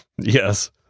Yes